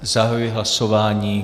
Zahajuji hlasování.